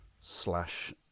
slash